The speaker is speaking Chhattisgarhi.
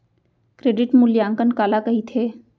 क्रेडिट मूल्यांकन काला कहिथे?